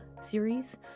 series